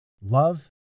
love